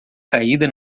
caída